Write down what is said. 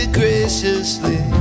graciously